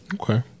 Okay